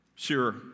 Sure